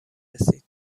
رسید